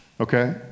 Okay